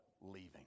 leaving